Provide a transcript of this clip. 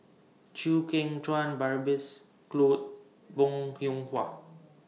Chew Kheng Chuan Babes Conde Bong Hiong Hwa